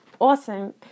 awesome